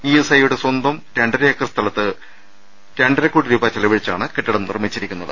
ഇഎസ്ഐയുടെ സ്വന്തം രണ്ടര ഏക്കർ സ്ഥലത്ത് രണ്ടര കോടി രൂപ ചെലവഴിച്ചാണ് കെട്ടിടം നിർമ്മിച്ചിരിക്കുന്നത്